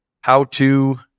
how-to